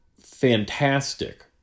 fantastic